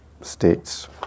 states